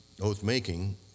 oath-making